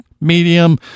medium